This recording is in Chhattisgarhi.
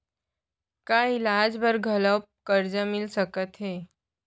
का इलाज बर घलव करजा मिलिस सकत हे?